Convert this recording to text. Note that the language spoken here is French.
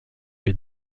que